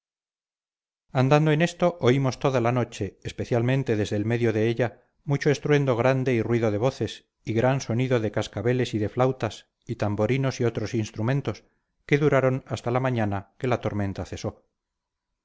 andando en esto oímos toda la noche especialmente desde el medio de ella mucho estruendo grande y ruido de voces y gran sonido de cascabeles y de flautas y tamborinos y otros instrumentos que duraron hasta la mañana que la tormenta cesó